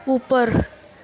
اوپر